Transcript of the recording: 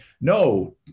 no